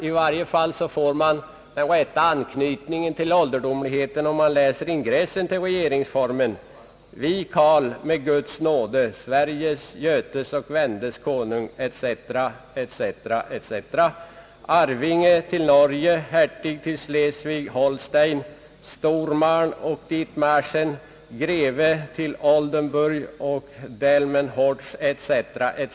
I varje fall får man den rätta uppfattningen om dess ålderdomlighet när man läser i regeringsformen: »Vi CARL, med Guds nåde, Sveriges, Götes och Vendes Konung &c. &c. &c., Arvinge till Norge, Hertig till Schleswig Holstein, Stormarn och Ditmarsen, Greve till Oldenburg och Delmenhorst &c.